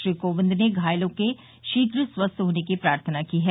श्री कोविंद ने घायलों के शीघ्र स्वस्थ होने की प्रार्थना की है